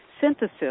synthesis